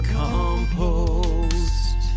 compost